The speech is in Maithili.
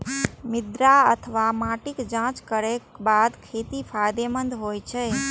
मृदा अथवा माटिक जांच करैक बाद खेती फायदेमंद होइ छै